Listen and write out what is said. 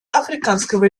африканского